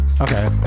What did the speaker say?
Okay